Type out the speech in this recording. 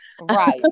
right